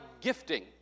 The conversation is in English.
gifting